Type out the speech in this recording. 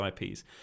IPs